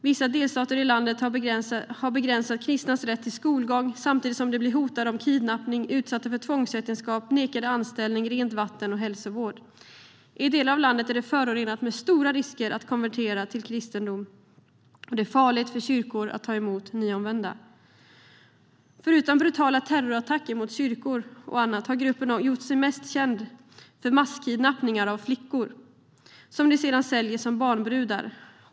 Vissa delstater i landet har begränsat kristnas rätt till skolgång samtidigt som de kristna blir hotade av kidnappning, utsatta för tvångsäktenskap, nekade anställning, rent vatten och hälsovård. I delar av landet är det förenat med stora risker att konvertera till kristendomen. Det är farligt för kyrkor att ta emot nyomvända. Förutom brutala terrorattacker mot kyrkor har gruppen gjort sig mest känd för masskidnappningar av flickor som de sedan säljer som barnbrudar.